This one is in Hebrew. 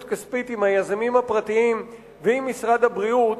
כספית עם היזמים הפרטיים ועם משרד הבריאות,